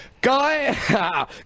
guy